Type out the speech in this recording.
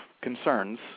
concerns